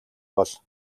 бол